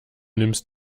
nimmst